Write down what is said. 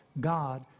God